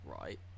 right